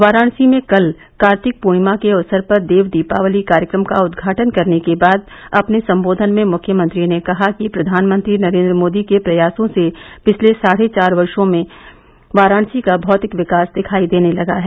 वाराणसी में कल कार्तिक पूर्णिमा के अवसर पर देव दीपावली कार्यक्रम का उदघाटन करने के बाद अपने सम्बोधन में मुख्यमंत्री ने कहा कि प्रवानमंत्री नरेन्द्र मोदी के प्रयार्सों से पिछले साढ़े चार वर्ष में वाराणसी का भौतिक विकास दिखायी देने लगा है